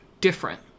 different